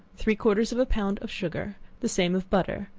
three-quarters of a pound of sugar, the same of butter,